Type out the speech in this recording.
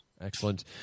excellent